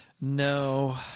No